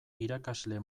irakasle